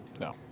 no